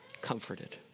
Comforted